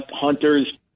Hunter's